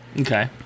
Okay